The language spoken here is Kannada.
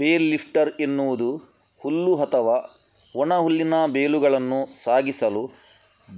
ಬೇಲ್ ಲಿಫ್ಟರ್ ಎನ್ನುವುದು ಹುಲ್ಲು ಅಥವಾ ಒಣ ಹುಲ್ಲಿನ ಬೇಲುಗಳನ್ನು ಸಾಗಿಸಲು